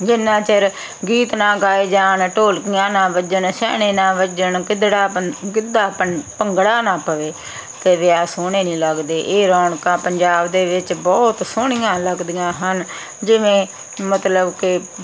ਜਿੰਨਾ ਚਿਰ ਗੀਤ ਨਾ ਗਾਏ ਜਾਣ ਢੋਲਕੀਆਂ ਨਾ ਵੱਜਣ ਛੈਣੇ ਨਾ ਵੱਜਣ ਕਿਧੜਾ ਗਿੱਧਾ ਭੰਦ ਭੰਗੜਾ ਨਾ ਪਵੇ ਤਾਂ ਵਿਆਹ ਸੋਹਣੇ ਨਹੀਂ ਲੱਗਦੇ ਇਹ ਰੌਣਕਾਂ ਪੰਜਾਬ ਦੇ ਵਿੱਚ ਬਹੁਤ ਸੋਹਣੀਆਂ ਲੱਗਦੀਆਂ ਹਨ ਜਿਵੇਂ ਮਤਲਬ ਕਿ